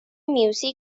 music